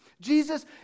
Jesus